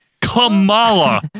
Kamala